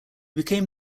became